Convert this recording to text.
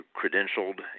credentialed